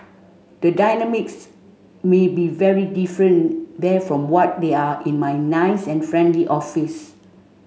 the dynamics may be very different there from what they are in my nice and friendly office